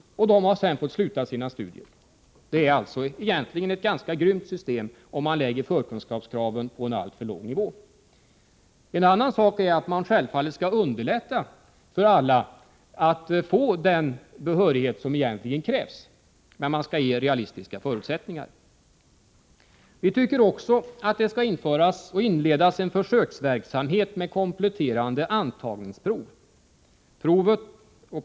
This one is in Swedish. Dessa studenter har sedan fått avbryta sina studier. Det är alltså egentligen ett ganska grymt system att lägga förkunskapskraven på en alltför låg nivå. En annan sak är att man självfallet skall underlätta för alla att få den behörighet som krävs, men man skall utgå ifrån realistiska förutsättningar. Vi tycker också att det skall inledas en försöksverksamhet med kompletterande antagningsprov.